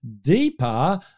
deeper